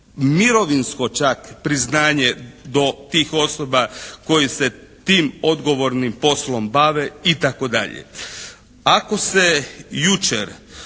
Mirovinsko čak priznanje do tih osoba koje se tim odgovornim poslom bave i tako dalje. Ako se jučer,